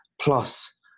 Plus